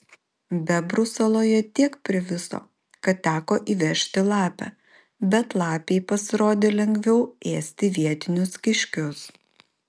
bebrų saloje tiek priviso kad teko įvežti lapę bet lapei pasirodė lengviau ėsti vietinius kiškius